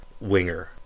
winger